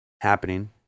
happening